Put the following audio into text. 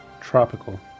tropical